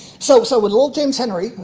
so so when little james henry,